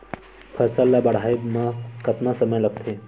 फसल ला बाढ़े मा कतना समय लगथे?